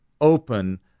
open